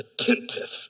attentive